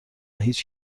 هیچ